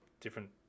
different